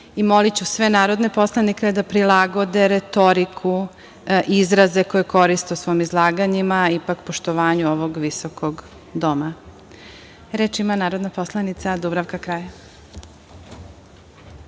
i moliću sve narodne poslanike da prilagode retoriku i izraze koje koriste u svojim izlaganjima poštovanju ovog visokog doma. Reč ima narodna poslanica Dubravka Kralj.